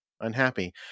unhappy